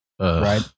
right